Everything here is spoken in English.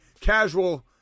casual